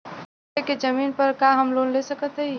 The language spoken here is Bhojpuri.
दूसरे के जमीन पर का हम लोन ले सकत हई?